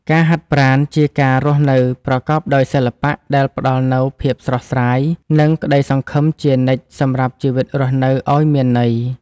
ការហាត់ប្រាណជាការរស់នៅប្រកបដោយសិល្បៈដែលផ្ដល់នូវភាពស្រស់ស្រាយ និង ក្ដីសង្ឃឹមជានិច្ចសម្រាប់ជីវិតរស់នៅឱ្យមានន័យ។